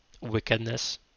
wickedness